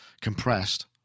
compressed